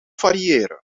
variëren